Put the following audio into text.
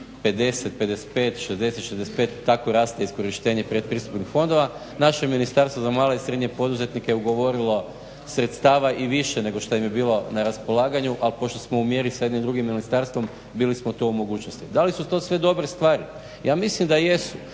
50,55,60,65 i tako raste iskorištenje pretpristupnih fondova. Naše ministarstvo za male i srednje poduzetnike ugovorilo sredstava i više nego što im ne bilo na raspolaganju, ali pošto smo u mjeri sa jednim drugim ministarstvom bili smo to u mogućnosti. Da li su to sve dobre stvari? Ja mislim da jesu